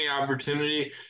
opportunity